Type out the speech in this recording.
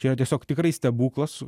čia yra tiesiog tikrai stebuklas